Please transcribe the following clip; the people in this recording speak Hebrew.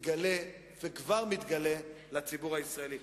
יתגלה וכבר מתגלה לציבור הישראלי.